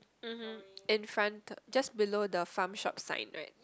mmhmm in front just below the farm shop sign right